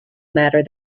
matter